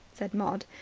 said maud.